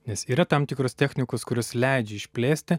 nes yra tam tikros technikos kurios leidžia išplėsti